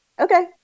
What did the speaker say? okay